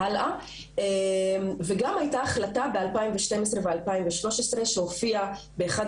היתה החלטה ב-2012 וב-2013 שהופיעה באחד